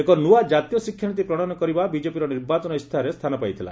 ଏକ ନ୍ତୁଆ କାତୀୟ ଶିକ୍ଷାନୀତି ପ୍ରଶୟନ କରିବା ବିକେପିର ନିର୍ବାଚନ ଇସ୍ତାହାରରେ ସ୍ଥାନ ପାଇଥିଲା